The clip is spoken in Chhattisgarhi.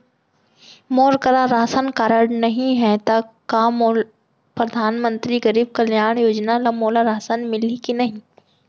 मोर करा राशन कारड नहीं है त का मोल परधानमंतरी गरीब कल्याण योजना ल मोला राशन मिलही कि नहीं?